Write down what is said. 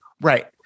right